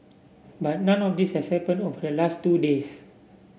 but none of this has happened over the last two days